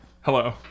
Hello